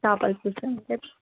చేపల పులుసు మేడం